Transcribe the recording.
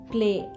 Play